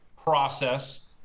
process